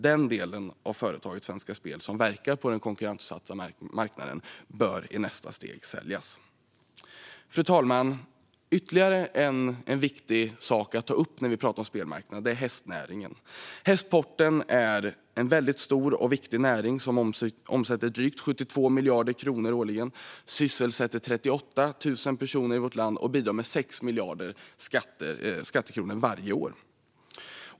Den del av företaget Svenska Spel som verkar på den konkurrensutsatta marknaden bör i nästa steg säljas. Fru talman! Ytterligare en viktig sak att ta upp när vi pratar om spelmarknaden är hästnäringen. Hästsporten är en väldigt stor och viktig näring som omsätter drygt 72 miljarder kronor årligen, sysselsätter 38 000 personer i vårt land och bidrar med 6 miljarder skattekronor varje år.